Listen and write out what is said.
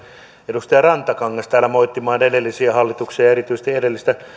edustaja rantakangas on kunnostautunut täällä moittimaan edellisiä hallituksia ja erityisesti edellistä